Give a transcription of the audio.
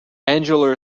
angela